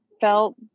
felt